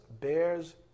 bears